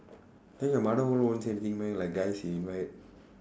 then your mother won't say anything meh like guys you invite